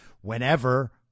whenever